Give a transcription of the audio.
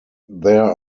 there